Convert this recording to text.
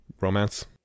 Romance